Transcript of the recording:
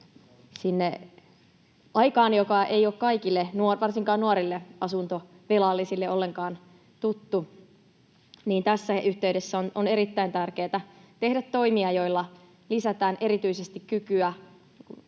siihen aikaan, joka ei ole kaikille, varsinkaan nuorille asuntovelallisille, ollenkaan tuttu — niin tässä yhteydessä on erittäin tärkeätä tehdä toimia, joilla lisätään erityisesti kykyä